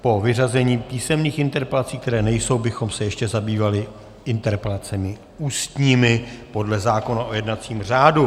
Po vyřazení písemných interpelací, které nejsou, bychom se ještě zabývali interpelacemi ústními podle zákona o jednacím řádu.